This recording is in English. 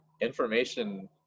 information